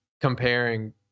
comparing